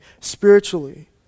Spiritually